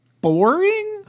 boring